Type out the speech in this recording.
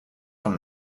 from